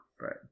Right